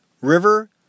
River